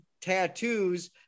Tattoos